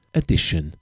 edition